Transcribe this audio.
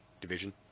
division